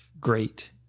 great